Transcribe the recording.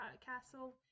castle